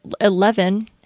Eleven